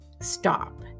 Stop